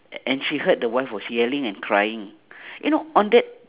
and she heard the wife was yelling and crying you know on that